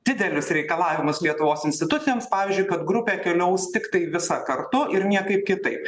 didelius reikalavimus lietuvos institucijoms pavyzdžiui kad grupė keliaus tiktai visa kartu ir niekaip kitaip